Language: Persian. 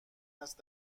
است